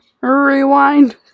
Rewind